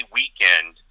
weekend